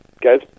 Guys